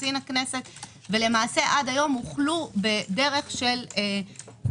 קצין הכנסת ולמעשה עד היום הוחלו בדרך מכתבים